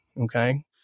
okay